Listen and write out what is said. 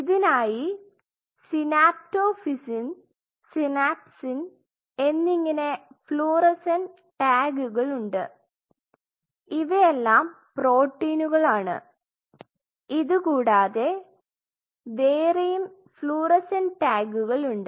ഇതിനായി synaptophysin synapsin എന്നിങ്ങനെ fluorescent ടാഗുകളുണ്ട് ഇവയെല്ലാം പ്രോട്ടീനുകളാണ് ഇതുകൂടാതെ വേറെയും ഫ്ലൂറസെന്റ് ടാഗുകളുണ്ട്